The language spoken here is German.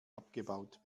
abgebaut